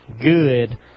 good